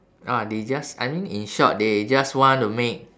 ah they just I mean in short they just want to make